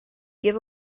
give